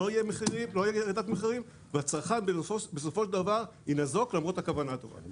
לא תהיה ירידת מחירים והצרכן בסופו של דבר יינזק למרות הכוונה הטובה.